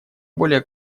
более